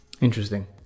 Interesting